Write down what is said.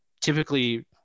typically